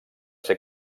ser